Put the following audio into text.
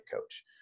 coach